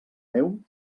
meu